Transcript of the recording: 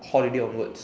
holiday onwards